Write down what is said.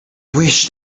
wish